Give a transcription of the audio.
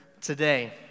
today